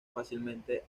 fácilmente